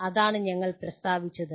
അതാണ് ഞങ്ങൾ പ്രസ്താവിച്ചത്